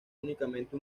únicamente